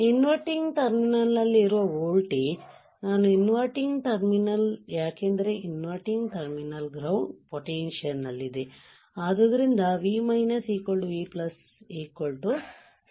inverting terminal ನಲ್ಲಿರುವ voltage non inverting terminal ಯಾಕೆಂದರೆ inverting terminal ground potential ನಲ್ಲಿದೆ ಆದುದರಿಂದ V V 0